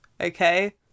okay